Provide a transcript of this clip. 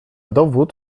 dowód